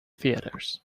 theatres